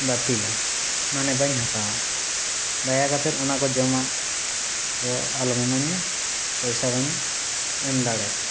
ᱵᱟᱛᱤᱞᱟ ᱢᱟᱱᱮ ᱵᱟᱹᱧ ᱦᱟᱛᱟᱣᱟ ᱫᱟᱭᱟ ᱠᱟᱛᱮᱫ ᱚᱱᱟᱠᱚ ᱡᱚᱢᱟᱜ ᱫᱚ ᱟᱞᱚᱢ ᱤᱢᱟᱹᱧᱟ ᱯᱚᱭᱥᱟ ᱵᱟᱹᱧ ᱮᱢ ᱫᱟᱲᱮᱭᱟᱜᱼᱟ